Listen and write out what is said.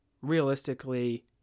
realistically